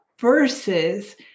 versus